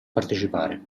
partecipare